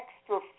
extra